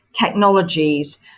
technologies